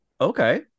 Okay